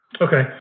Okay